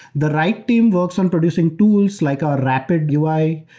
the write team works on producing tools like a rapidui,